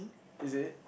is it